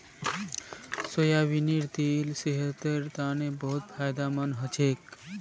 सोयाबीनेर तेल सेहतेर तने बहुत फायदामंद हछेक